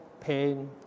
pain